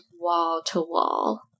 wall-to-wall